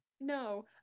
No